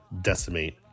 decimate